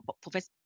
professor